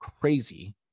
crazy